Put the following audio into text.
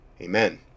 Amen